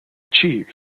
achieve